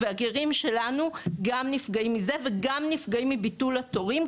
והגירים שלנו גם נפגעים מזה וגם נפגעים מביטול התורים,